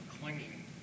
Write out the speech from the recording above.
clinging